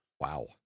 Wow